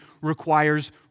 requires